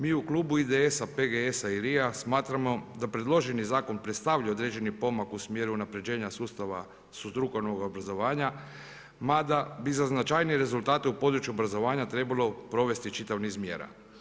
Mi u klubu IDS-a, PGS-a i LRI-a smatramo da predloženi zakon predstavlja određeni pomak u smjeru unapređenja sustava strukovnog obrazovanja mada bi za značajnije rezultate u području obrazovanja trebalo provesti čitav niz mjera.